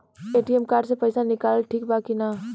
ATM card से पईसा निकालल ठीक बा की ना?